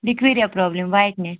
لِکیریا problem وَیِٹنیٚس